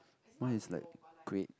what is like create